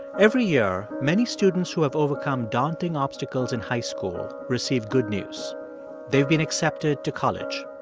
every year, many students who have overcome daunting obstacles in high school receive good news they've been accepted to college.